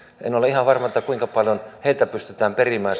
en ole ihan varma kuinka paljon lähetystöiltä pystytään perimään